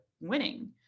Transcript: winning